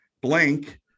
Blank